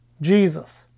Jesus